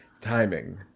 Timing